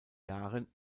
jahren